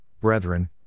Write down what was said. Brethren